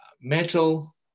metal